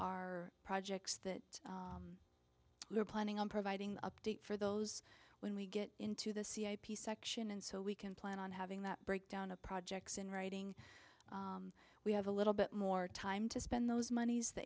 are projects that we are planning on providing update for those when we get into the cia section and so we can plan on having that breakdown of projects in writing we have a little bit more time to spend those monies the